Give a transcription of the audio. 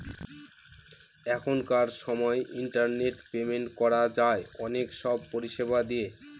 এখনকার সময় internet payment করা যায় অনেক সব পরিষেবা দিয়ে